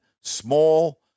small